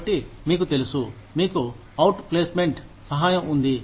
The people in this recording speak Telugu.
కాబట్టి మీకు తెలుసు మీకు అవుట్ ప్లేస్మెంట్ సహాయం ఉంది